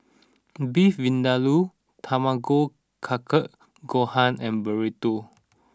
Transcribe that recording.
Beef Vindaloo Tamago Kake Gohan and Burrito